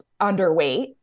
underweight